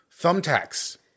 Thumbtacks